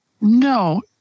No